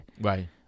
Right